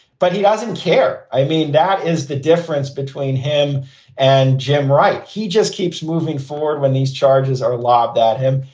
but he doesn't care. i mean, that is the difference between him and jim wright. he just keeps moving forward when these charges are lobbed that him.